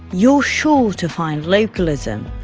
you're sure to find localism,